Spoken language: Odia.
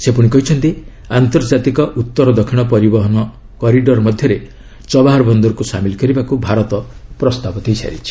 ସେ ପୁଣି କହିଛନ୍ତି ଆନ୍ତର୍ଜାତିକ ଉତ୍ତର ଦକ୍ଷିଣ ପରିବହନ କରିଡ଼ର ମଧ୍ୟରେ ଚବାହର ବନ୍ଦରକୁ ସାମିଲ କରିବାକୁ ଭାରତ ପ୍ରସ୍ତାବ ଦେଇସାରିଛି